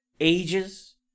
ages